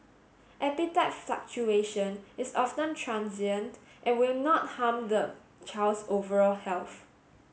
appetite fluctuation is often transient and will not harm the child's overall health